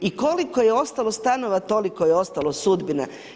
I koliko je ostalo stanova, toliko je ostalo sudbina.